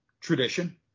tradition